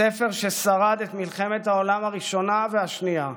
ספר ששרד את מלחמת העולם הראשונה והשנייה,